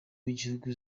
w’igihugu